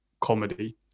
comedy